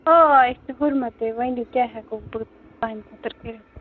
آ آ أسۍ چھِ ہُرمَتٕے ؤنِو کیٛاہ ہٮ۪کو بہٕ تہنٛدِ خٲطرٕ کٔرِتھ